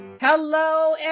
Hello